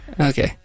Okay